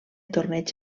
torneig